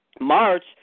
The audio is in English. March